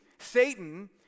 Satan